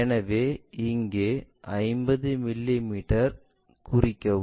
எனவே இங்கே 50 மிமீ குறிக்கவும்